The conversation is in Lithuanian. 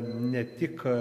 ne tik